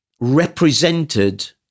represented